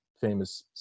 famous